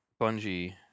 Bungie